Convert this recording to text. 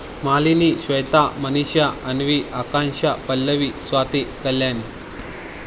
Malini Shweta Manisha Anvi Akanksha Pallavi Swati Kalyani